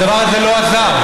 הדבר הזה לא עזר,